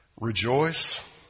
Rejoice